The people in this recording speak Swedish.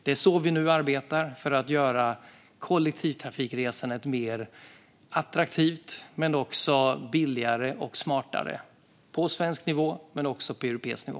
Det är så vi nu arbetar för att göra kollektivtrafikresandet mer attraktivt, billigare och smartare på svensk nivå men också på europeisk nivå.